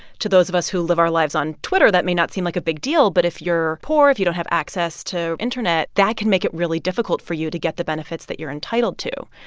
to those of us who live our lives on twitter, that may not seem like a big deal. but if you're poor, if you don't have access to internet, that can make it really difficult for you to get the benefits that you're entitled to.